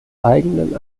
eigenen